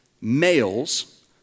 males